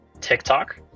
TikTok